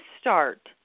start –